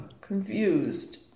Confused